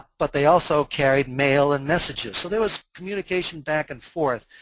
but they also carried mail and messages, so there was communication back and forth.